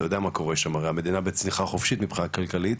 אתה יודע, המדינה בצניחה חופשית מבחינה כלכלית,